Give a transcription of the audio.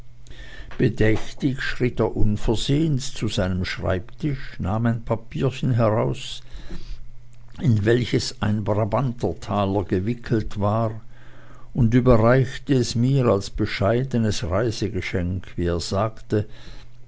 bedächtig schritt er unversehens zu seinem schreibtisch nahm ein papierchen heraus in welches ein brabantertaler gewickelt war und überreichte es mir als bescheidenes reisegeschenk wie er sagte